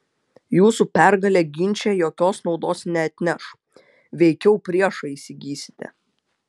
jūsų pergalė ginče jokios naudos neatneš veikiau priešą įsigysite